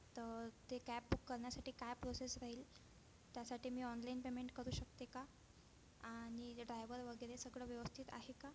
तर ती cab book करण्यासाठी काय प्रोसेस राहील त्यासाठी मी ऑनलाईन पेमेंट करू शकते का आणि ड्रायव्हर वगैरे सगळं व्यवस्थित आहे का